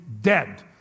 dead